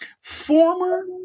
former